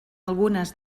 algunes